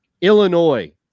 Illinois